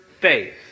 faith